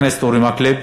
חבר הכנסת אורי מקלב,